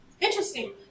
Interesting